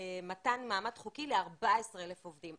למתן מעמד חוקי ל-14 אלף עובדים.